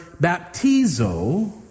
baptizo